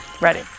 ready